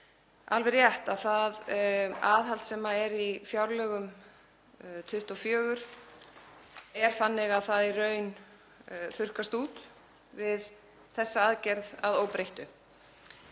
alveg rétt að það aðhald sem er í fjárlögum 2024 í raun þurrkast út við þessa aðgerð að óbreyttu.